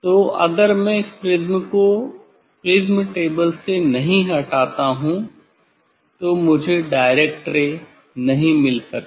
तो अगर मैं इस प्रिज्म को प्रिज्म टेबल से नहीं हटाता हूँ तो मुझे डायरेक्ट रे सीधी किरणें नहीं मिल सकती